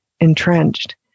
entrenched